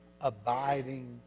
abiding